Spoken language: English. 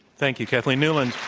thank you, kathleen newland.